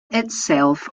itself